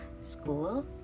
school